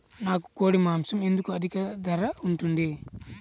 నాకు కోడి మాసం ఎందుకు అధిక ధర ఉంటుంది?